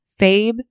Fabe